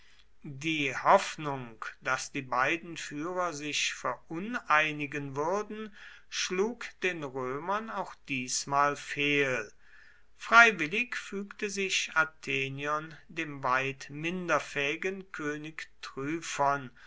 die hoffnung daß die beiden führer sich veruneinigen würden schlug den römern auch diesmal fehl freiwillig fügte sich athenion dem weit minder fähigen könig tryphon